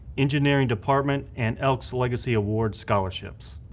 engineering department and elks legacy award scholarships.